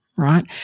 Right